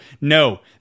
no